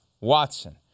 Watson